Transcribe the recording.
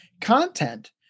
content